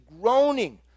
groaning